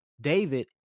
david